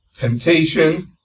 temptation